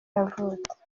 yavutse